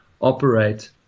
operate